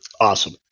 Awesome